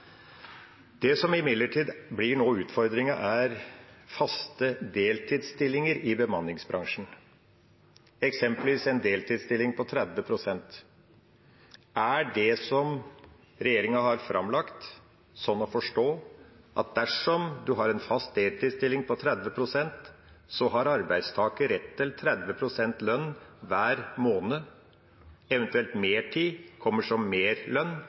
Det som imidlertid blir utfordringen nå, er faste deltidsstillinger i bemanningsbransjen, eksempelvis en deltidsstilling på 30 pst. Er det som regjeringa har framlagt, sånn å forstå at dersom en har en fast deltidsstilling på 30 pst., så har arbeidstakeren rett til 30 pst. lønn hver måned, eventuelt at mertid kommer som